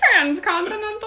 transcontinental